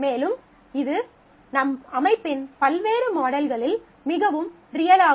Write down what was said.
மேலும் இது நம் அமைப்பின் பல்வேறு மாடல்களில் மிகவும் ரியல் ஆகும்